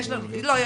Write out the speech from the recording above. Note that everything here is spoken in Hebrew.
לא.